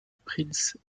prince